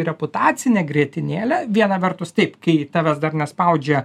reputacinę grietinėlę viena vertus taip kai tavęs dar nespaudžia